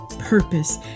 purpose